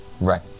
Right